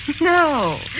No